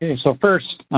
so first,